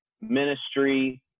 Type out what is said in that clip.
ministry